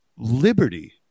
liberty